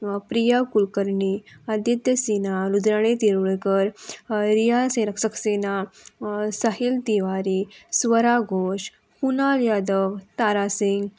प्रिया कुलकर्णी आदित्य सिना लुद्राणे तिरुळेकर रिया सेर सक्सेना साहील तिवारी स्वरा घोश कुनाल यादव तारा सिंग